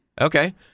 Okay